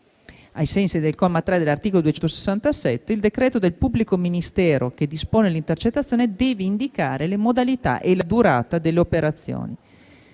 Ai sensi del comma 3 dell'articolo 267, il decreto del pubblico ministero che dispone l'intercettazione deve indicare le modalità e la durata delle operazioni.